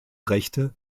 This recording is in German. rechte